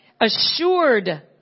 Assured